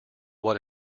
what